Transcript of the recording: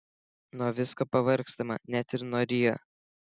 nuo visko pavargstama net ir nuo rio